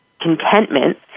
contentment